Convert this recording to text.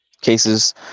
cases